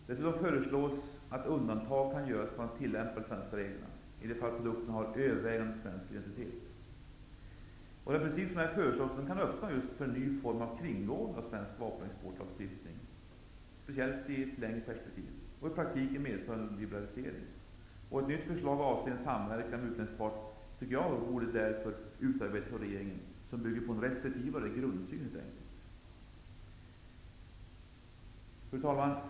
Dessutom föreslås att undantag kan göras från att tillämpa de svenska reglerna i de fall produkterna har övervägande svensk identitet. Den princip som föreslås här kan öppna för en ny form av kringgående av svensk vapenexportlagstiftning. Det gäller speciellt i ett längre perspektiv. I praktiken kan det medföra en liberalisering. Jag tycker därför att ett nytt förslag avseende en samverkan med utländsk part borde utarbetas av regeringen. Det bör bygga på en restriktivare grundsyn. Fru talman!